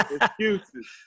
excuses